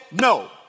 No